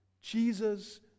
Jesus